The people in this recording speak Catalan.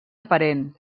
aparent